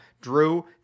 Drew